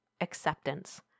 acceptance